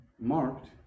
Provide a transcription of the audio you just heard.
marked